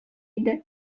иде